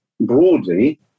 broadly